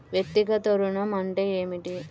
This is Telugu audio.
వ్యక్తిగత ఋణం అంటే ఏమిటి?